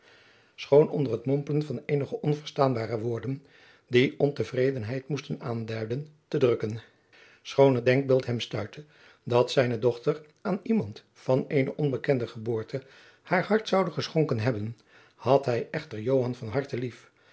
schoon onder het mompelen van eenige onverstaanbare woorden die ontevredenheid moesten aanduiden te drukken schoon het denkbeeld hem stuitte dat zijne dochter aan iemand van eene onbekende jacob van lennep de pleegzoon geboorte haar hart zoude geschonken hebben had hij echter joan van harte lief